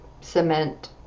cement